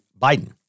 Biden